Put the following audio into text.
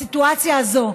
הסיטואציה הזאת,